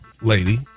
Lady